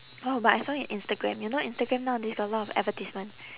oh but I saw it on instagram you know instagram nowadays got a lot of advertisement